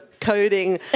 coding